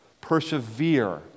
Persevere